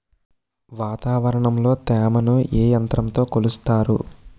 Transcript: వాతావరణంలో తేమని ఏ యంత్రంతో కొలుస్తారు?